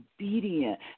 obedient